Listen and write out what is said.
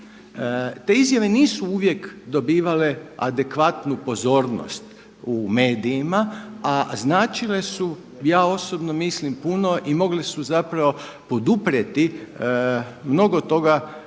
Te izjave nisu uvijek dobivale adekvatnu pozornost u medijima, a značile su ja osobno mislim puno i mogli su zapravo poduprijeti mnogo toga